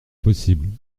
possible